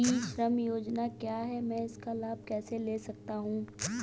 ई श्रम योजना क्या है मैं इसका लाभ कैसे ले सकता हूँ?